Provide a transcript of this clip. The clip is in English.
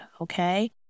okay